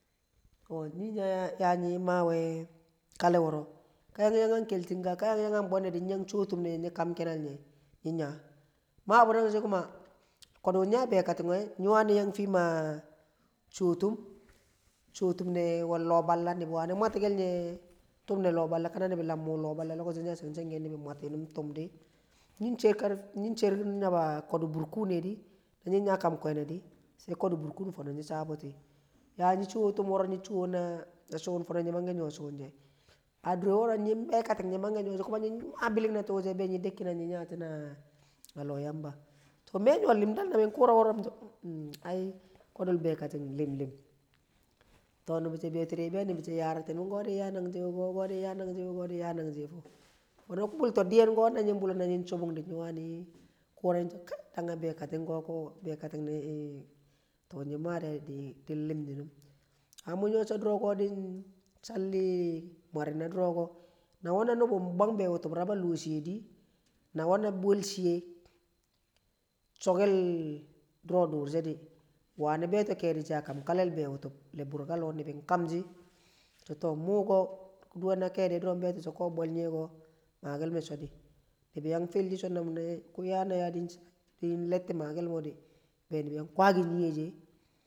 Ko nyi̱ ya. Yanyi mawe kalle ko, ka nyi̱ yan yang a keltinga ka nyi yang a bwendi nyi yang chowo tum ne̱ nye̱ ny ko kinal nye, nyi nya mabu nangshi kodu ny a be katting nyi wani̱ yan a cho tum wal loh balla ni bi wani mwati kel nye tum le loh balla ka ni̱bi̱ yan mu loh balla di lokoci wu nyi a shenge shenge ni̱bi̱ mwati nyi̱ num tumdi nyi̱ she̱r kar num sher karfe nying cher nyuaba kodu burkune di na nying ya ka kwenedi sai kodu she̱ bu̱r ku̱un fo̱no nyi cha buti ya nyi chowe tum wo̱ro̱ nyi chowe na chuun fo̱no̱ nyi̱ manke̱ nyo̱ chuu̱n she̱, a dure woro nying bekating nyi̱ manke̱ nyo̱ wo̱ro̱ nying be kating ko̱ be̱ nyi̱ de kinashe nyi̱ nye na yamba to me nyo̱ li̱mdal kodu̱ le be̱kating kodu she̱ lim lim. To ni̱bi̱ beto to ka di we din ya a nangji wuko din ya a nangji ya a nangji ya a nangji fu, fo̱no̱ bulto di̱ye̱n ko̱ na nying chubung di nyi̱ wani̱ ku̱ra nyi̱ so dan a bekating ko ko tu nyi̱ng maa de din lim shinum mamu nyo̱ sho̱ wuko̱ din challi mwarim na wuko̱ na nwe na nubu bwang be wutub rab a loh shi ye di na ngwe na bo̱lshi ye cho̱ ke̱l duro̱ dure she di wani̱ beto kenjin a kam kallel be wutub waa burkaloh nibing kal shi so̱ mu ko mung beto kedu mu ko bol nye ko makel mu cho di ni̱bi̱ yang fi shi so ku ya na din letti makel mo di nibi yang kwagi nyiye she